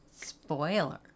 spoiler